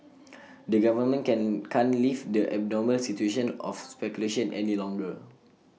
the government can can't leave the abnormal situation of speculation any longer